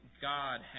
God